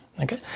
okay